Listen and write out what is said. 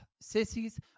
Sissies